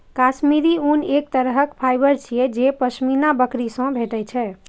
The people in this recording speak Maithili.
काश्मीरी ऊन एक तरहक फाइबर छियै जे पश्मीना बकरी सं भेटै छै